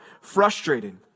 frustrated